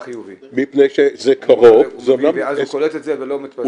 מפני שזה אמנם -- אז הוא קולט את זה ולא מתפזר.